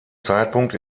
zeitpunkt